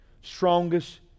strongest